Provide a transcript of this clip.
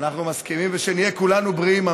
אנחנו מסכימים, ושנהיה כולנו בריאים.